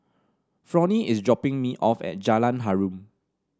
Fronnie is dropping me off at Jalan Harum